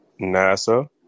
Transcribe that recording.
NASA